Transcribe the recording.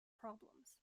problems